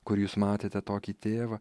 kur jūs matėte tokį tėvą